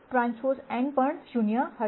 હશે